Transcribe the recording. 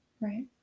Right